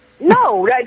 No